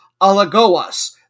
Alagoas